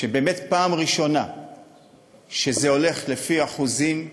ובאמת בפעם הראשונה זה הולך לפי אחוזים,